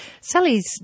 Sally's